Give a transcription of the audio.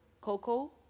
Coco